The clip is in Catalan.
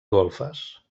golfes